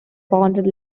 bonded